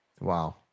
wow